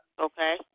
Okay